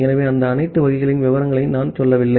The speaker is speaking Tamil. ஆகவே அந்த அனைத்து வகைகளின் விவரங்களுக்கும் நான் செல்லவில்லை